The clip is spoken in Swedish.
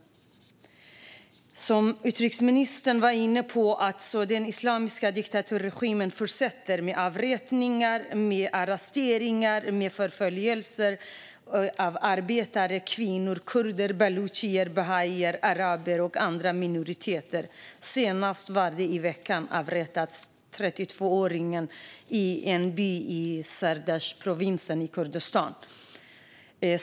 Som utrikesministern var inne på fortsätter den islamiska diktaturregimen med avrättningar, arresteringar och förföljelser av arbetare, kvinnor, kurder, balucher, bahaier, araber och andra minoriteter. Senast i veckan avrättades en 32-åring i en by i Sardashtprovinsen i Kurdistan.